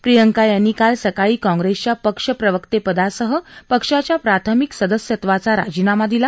प्रियंका यांनी काल सकाळी काँप्रेसच्या पक्ष प्रवक्तेपदासह पक्षाच्या प्राथमिक सदस्यत्वाचा राजीनामा दिला